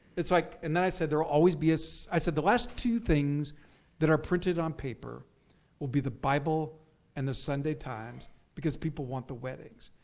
like and then i said, there will always be a so i said, the last two things that are printed on paper will be the bible and the sunday times because people want the weddings.